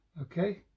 Okay